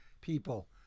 people